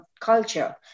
culture